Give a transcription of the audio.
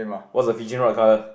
what's the fishing rod color